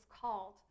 called